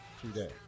today